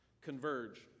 Converge